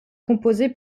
composer